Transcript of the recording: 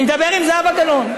אני מדבר עם זהבה גלאון.